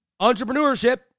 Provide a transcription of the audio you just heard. entrepreneurship